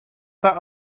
that